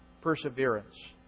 perseverance